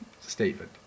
statement